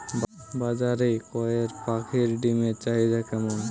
বাজারে কয়ের পাখীর ডিমের চাহিদা কেমন?